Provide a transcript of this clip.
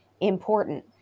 important